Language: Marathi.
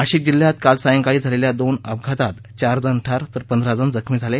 नाशिक जिल्ह्यात काल सायंकाळी झालेल्या दोन अपघातात चार जण ठार तर पंधरा जण जखमी झाले